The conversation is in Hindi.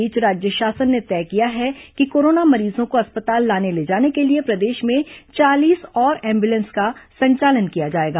इस बीच राज्य शासन ने तय किया है कि कोरोना मरीजों को अस्पताल लाने ले जाने के लिए प्रदेश में चालीस और एम्बुलेंस का संचालन किया जाएगा